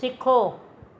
सिखो